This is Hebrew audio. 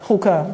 חוקה?